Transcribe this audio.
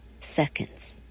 seconds